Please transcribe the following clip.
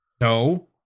No